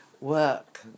work